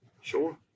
sure